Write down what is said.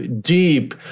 deep